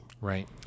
Right